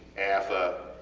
afa,